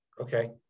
okay